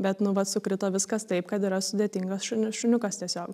bet nu vat sukrito viskas taip kad yra sudėtingas šuni šuniukas tiesiog